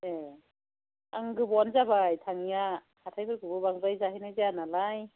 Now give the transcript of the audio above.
ए आं गोबावआनो जाबाय थाङैआ हाथाइफोरखौबो बांद्राय जाहैनाय जाया नालाय